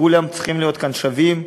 כולם צריכים להיות כאן שווים,